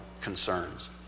concerns